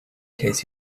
case